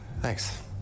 Thanks